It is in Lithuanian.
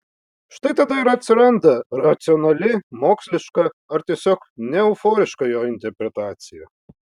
štai tada ir atsiranda racionali moksliška ar tiesiog neeuforiška jo interpretacija